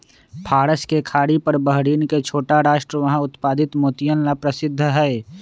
फारस के खाड़ी पर बहरीन के छोटा राष्ट्र वहां उत्पादित मोतियन ला प्रसिद्ध हई